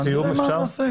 נראה מה נעשה.